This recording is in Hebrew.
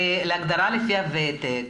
להגדרה לפי הוותק?